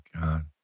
God